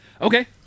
Okay